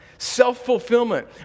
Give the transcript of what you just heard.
Self-fulfillment